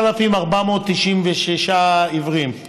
ל-7,496 עיוורים עלו,